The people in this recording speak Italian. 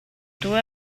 tua